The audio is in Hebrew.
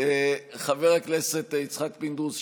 חבר הכנסת יצחק פינדרוס.